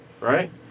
Right